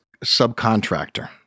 subcontractor